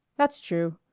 that's true.